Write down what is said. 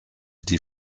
die